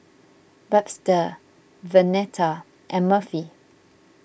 Webster Vernetta and Murphy